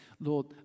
Lord